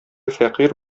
фәкыйрь